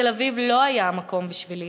בתל-אביב לא היה מקום בשבילי,